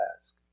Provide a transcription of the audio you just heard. ask